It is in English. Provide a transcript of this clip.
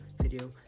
video